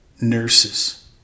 nurses